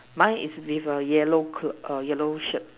mine is with a yellow clue a yellow shirt